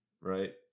right